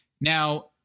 Now